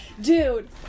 Dude